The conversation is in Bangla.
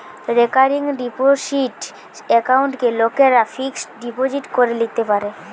রেকারিং ডিপোসিট একাউন্টকে লোকরা ফিক্সড ডিপোজিট করে লিতে পারে